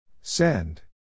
Send